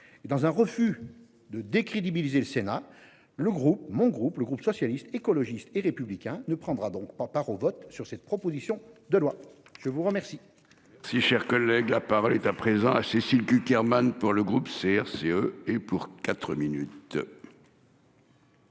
dans un refus de décrédibiliser le Sénat, le groupe mon groupe, le groupe socialiste, écologiste et républicain ne prendra donc pas part au vote sur cette proposition de loi. Je vous remercie.